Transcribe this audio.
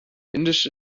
indische